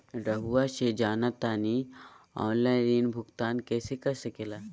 रहुआ से जाना तानी ऑनलाइन ऋण भुगतान कर सके ला?